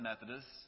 Methodists